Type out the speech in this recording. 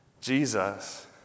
Jesus